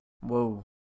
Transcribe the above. Whoa